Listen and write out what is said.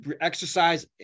exercise